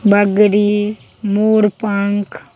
बगड़ी मोरपङ्ख